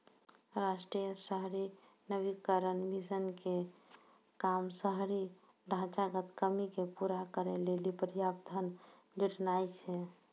राष्ट्रीय शहरी नवीकरण मिशन के काम शहरी ढांचागत कमी के पूरा करै लेली पर्याप्त धन जुटानाय छै